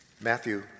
Matthew